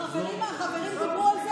החברים דיברו על זה,